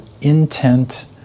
intent